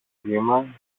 βήμα